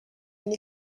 une